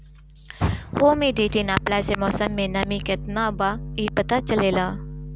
humidity नापला से मौसम में नमी केतना बा इ पता चलेला